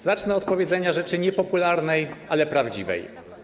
Zacznę do powiedzenia rzeczy niepopularnej, ale prawdziwej.